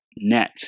net